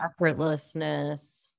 effortlessness